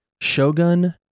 Shogun